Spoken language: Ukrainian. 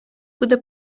буде